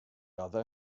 other